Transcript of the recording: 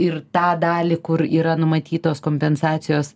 ir tą dalį kur yra numatytos kompensacijos